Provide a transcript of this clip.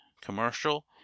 commercial